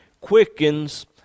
quickens